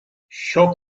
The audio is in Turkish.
şok